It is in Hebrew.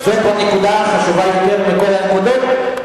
זאת הנקודה החשובה ביותר מכל הנקודות,